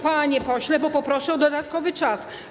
Panie pośle, bo poproszę o dodatkowy czas.